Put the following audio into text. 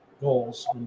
goals